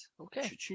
Okay